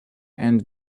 and